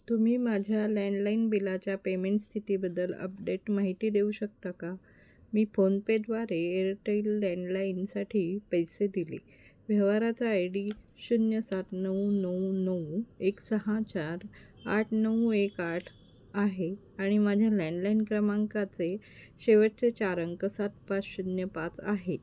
तुम्ही माझ्या लँडलाईन बिलाच्या पेमेंट स्थितीबद्दल अपडेट माहिती देऊ शकता का मी फोनपेद्वारे एअरटेल लँडलाईनसाठी पैसे दिले व्यवहाराचा आय डी शून्य सात नऊ नऊ नऊ एक सहा चार आठ नऊ एक आठ आहे आणि माझ्या लँडलाईन क्रमांकाचे शेवटचे चार अंक सात पाच शून्य पाच आहे